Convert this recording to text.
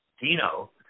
Dino